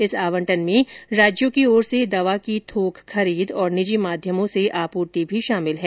इस आवंटन में राज्यों की ओर से दवा की थोक खरीद तथा निजी माध्यमों से आपूर्ति भी शामिल है